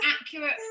accurate